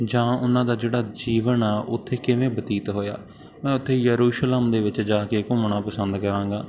ਜਾਂ ਉਹਨਾਂ ਦਾ ਜਿਹੜਾ ਜੀਵਨ ਆ ਉੱਥੇ ਕਿਵੇਂ ਬਤੀਤ ਹੋਇਆ ਮੈਂ ਉੱਥੇ ਯਰੂਸ਼ਲਮ ਦੇ ਵਿੱਚ ਜਾ ਕੇ ਘੁੰਮਣਾ ਪਸੰਦ ਕਰਾਂਗਾ